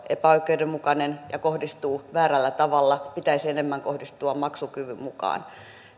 epäoikeudenmukainen ja kohdistuu väärällä tavalla sen pitäisi enemmän kohdistua maksukyvyn mukaan